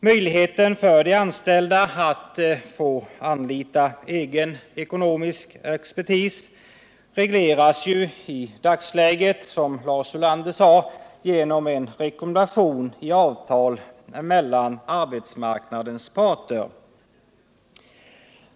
Möjligheterna för de anställda att få anlita egen ekonomisk expertis regleras, som Lars Ulander sade, i dagsläget genom en rekommendation i avtal mellan arbetsmarknadens parter.